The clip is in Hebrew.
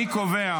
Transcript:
אני קובע